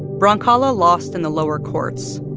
bzronkala lost in the lower courts.